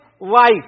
life